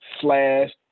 slash